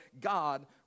God